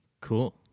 Cool